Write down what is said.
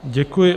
Děkuji.